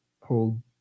hold